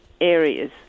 areas